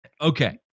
Okay